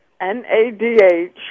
NADH